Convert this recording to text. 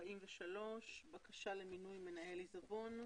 בקשה למינוי מנהל עיזבון.